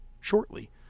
shortly